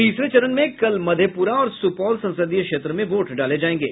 तीसरे चरण में कल मधेपुरा और सुपौल संसदीय क्षेत्र में वोट डाले जायेंगे